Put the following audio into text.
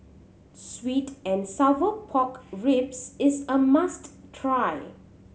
sweet and sour pork ribs is a must try